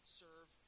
serve